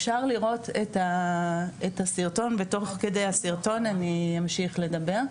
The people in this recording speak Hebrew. אפשר לראות את הסרטון ותוך כדי הסרטון אני אמשיך לדבר.